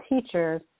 teachers